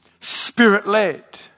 spirit-led